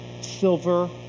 silver